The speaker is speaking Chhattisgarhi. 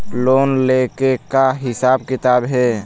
लोन ले के का हिसाब किताब हे?